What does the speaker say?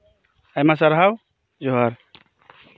ᱟᱭᱢᱟ ᱥᱟᱨᱦᱟᱣ ᱡᱚᱸᱦᱟᱨ